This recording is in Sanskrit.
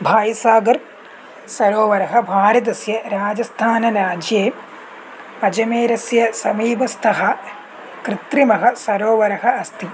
भाय्सागर् सरोवरः भारतस्य राजस्थानराज्ये अजमेरस्य समीपस्थः कृत्रिमः सरोवरः अस्ति